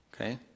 Okay